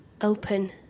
Open